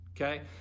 okay